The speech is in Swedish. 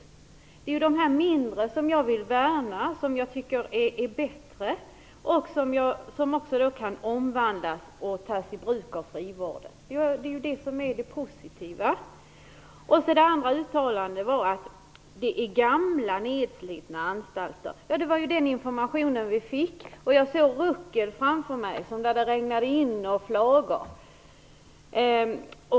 Det är de mindre anstalterna som jag vill värna om. Jag tycker att de är bättre och menar att de kan omvandlas och tas i bruk för frivården. Det är en positiv inriktning. Det andra uttalandet var att det är fråga om gamla och nedslitna anstalter. Ja, det var den informationen som vi fick. Jag såg framför mig flagnande ruckel som det regnar in i.